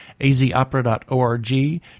azopera.org